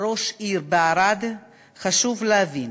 ראש עיר, בערד, חשוב להבין